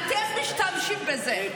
אתם משתמשים בזה.